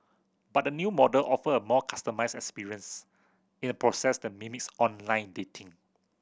but the new model offer a more customised experience in a process that mimics online dating